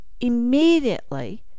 immediately